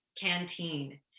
canteen